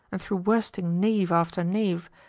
and through worsting knave after knave,